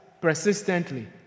persistently